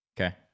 Okay